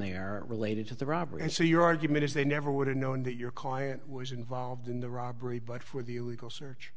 there related to the robbery and so your argument is they never would have known that your client was involved in the robbery but for the illegal search